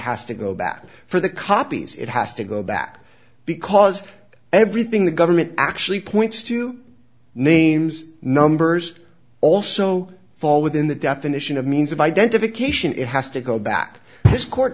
has to go back for the copies it has to go back because everything the government actually points to names numbers also fall within the definition of means of identification it has to go back this court